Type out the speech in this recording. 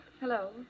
Hello